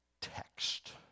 text